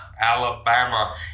Alabama